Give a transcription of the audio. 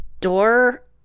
door